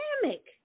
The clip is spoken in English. dynamic